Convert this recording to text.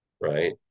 right